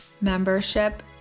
membership